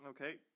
Okay